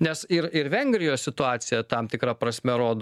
nes ir ir vengrijos situacija tam tikra prasme rodo